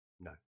no